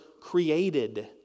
created